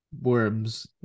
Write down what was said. worms